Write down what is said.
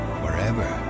forever